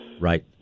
Right